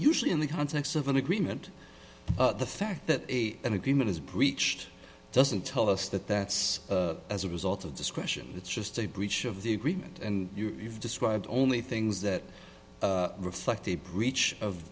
usually in the context of an agreement the fact that a an agreement is breached doesn't tell us that that's as a result of discretion it's just a breach of the agreement and you've described only things that reflect a breach of